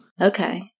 Okay